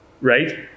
right